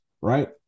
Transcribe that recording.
right